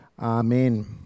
Amen